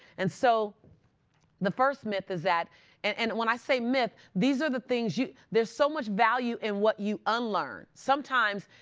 and so the first myth is that and when i say myth, these are the things you there's so much value in what you unlearn. sometimes,